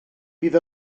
bydd